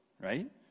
right